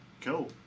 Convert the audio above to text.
Cool